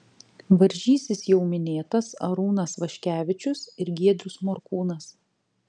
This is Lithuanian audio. varžysis jau minėtas arūnas vaškevičius ir giedrius morkūnas